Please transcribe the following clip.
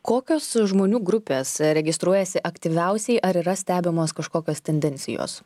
kokios žmonių grupės registruojasi aktyviausiai ar yra stebimos kažkokios tendencijos